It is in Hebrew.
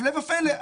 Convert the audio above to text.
הפלא ופלא,